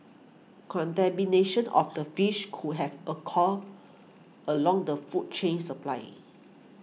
contamination of the fish could have occurred along the food chain supply